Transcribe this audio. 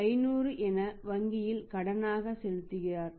500 என வங்கியில் கடனாக செலுத்துகிறார்